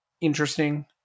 interesting